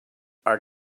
are